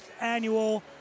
annual